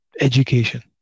education